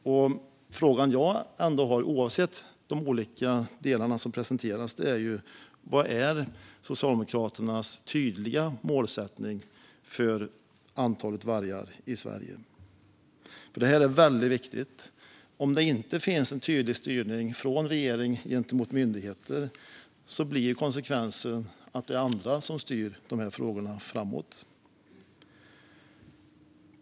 Den fråga jag ändå har, oavsett de olika delar som presenteras, är vad som är Socialdemokraternas tydliga målsättning gällande antalet vargar i Sverige. Detta är väldigt viktigt, för om det inte finns en tydlig styrning från regeringen gentemot myndigheterna blir konsekvensen att det är andra som styr de här frågorna framåt.